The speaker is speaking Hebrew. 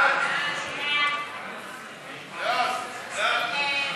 סעיפים 21 31